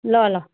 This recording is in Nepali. ल ल